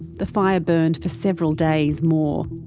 the fire burned for several days more.